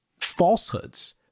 falsehoods